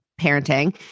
parenting